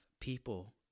people